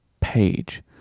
page